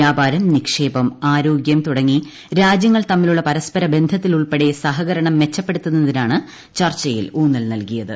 വ്യാപാരം നിക്ഷേപം ആരോഗ്യം തുടങ്ങി രാജ്യങ്ങൾ തമ്മിലുള്ള പരസ്പര ബന്ധത്തിൽ ഉൾപ്പെടെ സഹകരണം മെച്ചപ്പെടുത്തുന്നതിനാണ് ചർച്ചയിൽ ഊന്നൽ നൽകിയത്